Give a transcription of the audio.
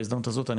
בהזדמנות הזאת,